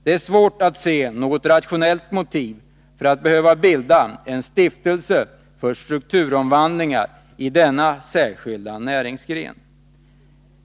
Det är svårt att se något rationellt motiv för att bilda en stiftelse för strukturomvandlingar i denna särskilda näringsgren.